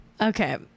Okay